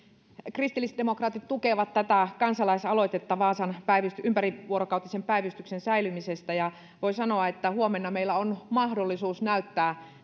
kristillisdemokraatit tukevat tätä kansalaisaloitetta vaasan ympärivuorokautisen päivystyksen säilymisestä ja voi sanoa että huomenna meillä on mahdollisuus näyttää